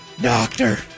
doctor